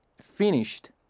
finished